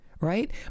right